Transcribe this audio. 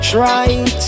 Trying